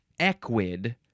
equid